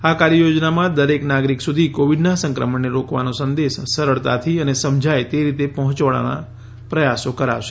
આ કાર્યયોજનામાં દરેક નાગરિક સુધી કોવિડના સંક્રમણને રોકવાનો સંદેશ સરળતાથી અને સમજાય તે રીતે પહોંચાડવા પ્રયાસો કરાશે